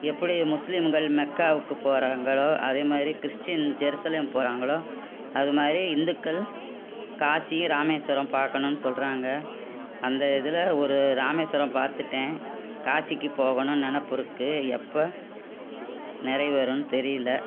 எப்படி முஸ்லிம்கள் மெக்காவுக்கு போகறாங்களோ அதே மாரி கிறிஸ்டின் ஜெரூசலேம் போகறாங்களோ அது மாரி இந்துக்கள் காசி ராமேஸ்வரம் பார்க்கணுன்னு சொல்லுறாங்க அந்த இதில் ஒரு ராமேஸ்வரம் பார்த்துட்டேன் காசிக்கு போகணுன்னு நினப்பு இருக்கு எப்போ நிறைவேறுன்னு தெரியல